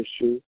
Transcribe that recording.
issue